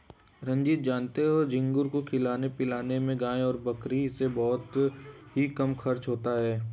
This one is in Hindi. रंजीत जानते हो झींगुर को खिलाने पिलाने में गाय और बकरी से बहुत ही कम खर्च होता है